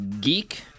Geek